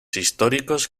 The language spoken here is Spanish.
históricos